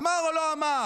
אמר או לא אמר?